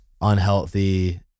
unhealthy